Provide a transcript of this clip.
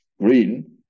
green